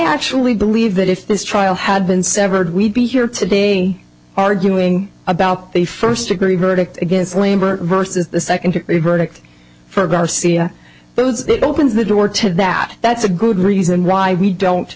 actually believe that if this trial had been severed we'd be here today arguing about the first degree verdict against labor versus the second degree verdict for garcia those opens the door to that that's a good reason why we don't